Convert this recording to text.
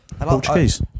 Portuguese